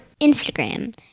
Instagram